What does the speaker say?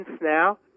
now